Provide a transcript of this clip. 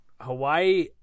Hawaii